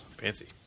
Fancy